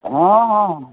ହଁ ହଁ ହଁ